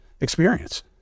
experience